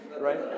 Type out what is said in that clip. right